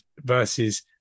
versus